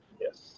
Yes